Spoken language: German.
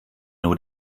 nur